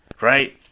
Right